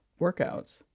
workouts